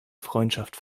freundschaft